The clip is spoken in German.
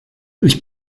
ich